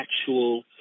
actual